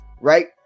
right